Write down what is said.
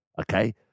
okay